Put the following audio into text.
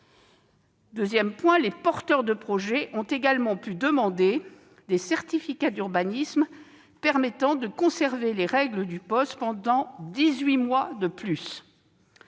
ailleurs, les porteurs de projet ont également pu demander des certificats d'urbanisme permettant de conserver les règles du POS pendant dix-huit mois de plus.